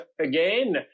again